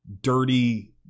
dirty